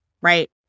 right